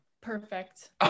Perfect